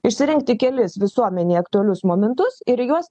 išsirinkti kelis visuomenei aktualius momentus ir juos